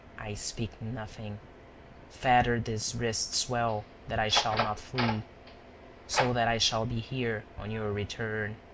i speak nothing fetter these wrists well, that i shall not flee so that i shall be here on your return.